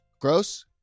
Gross